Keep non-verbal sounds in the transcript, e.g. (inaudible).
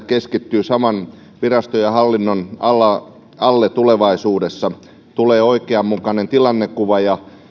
(unintelligible) keskittyvät saman viraston ja hallinnon alle tulevaisuudessa tulee oikeanmukainen tilannekuva ja